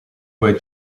were